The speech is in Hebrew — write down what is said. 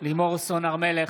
לימור סון הר מלך,